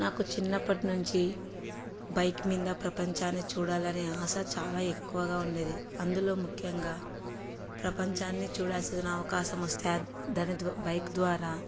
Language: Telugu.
నాకు చిన్నప్పటినుంచి బైక్ మీద ప్రపంచాన్ని చూడాలనే ఆశ చాలా ఎక్కువగా ఉండేది అందులో ముఖ్యంగా ప్రపంచాన్ని చూడాల్ససిన అవకాశం వస్తే దాన్ని బైక్ ద్వారా